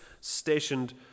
stationed